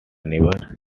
never